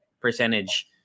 percentage